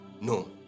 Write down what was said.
no